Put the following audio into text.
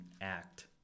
act